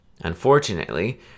Unfortunately